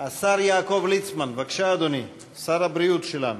השר יעקב ליצמן, בבקשה, אדוני, שר הבריאות שלנו,